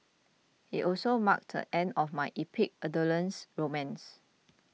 it also marked the end of my epic adolescent romance